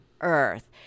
earth